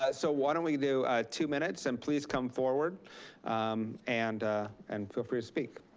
ah so why don't we do two minutes and please come forward um and and feel free to speak,